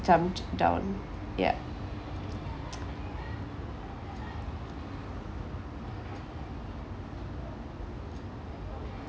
jumped down ya